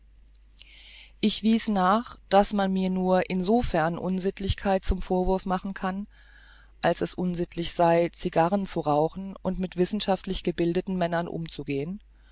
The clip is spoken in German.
ich wies nach daß man mir nur insofern unsittlichkeit zum vorwurfe machen kann als es unsittlich sei cigarren zu rauchen und mit wissenschaftlich gebildeten männern unzugehen